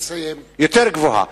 יותר גבוהה.